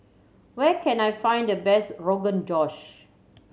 where can I find the best Rogan Josh